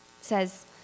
says